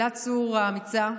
הילה צור האמיצה,